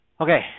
Okay